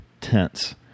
tense